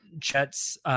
Chet's